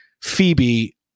Phoebe